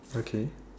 okay